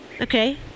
okay